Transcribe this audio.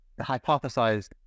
hypothesized